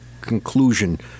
conclusion